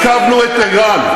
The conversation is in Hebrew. עיכבנו את איראן.